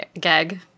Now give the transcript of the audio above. gag